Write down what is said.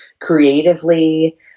creatively